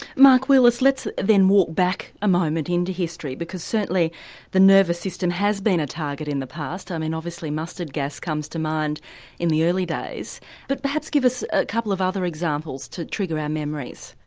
mark wheelis, let's then walk back a moment into history, because certainly the nervous system has been a target in the past um obviously mustard gas comes to mind in the early days but perhaps give us a couple of other examples to trigger our memories.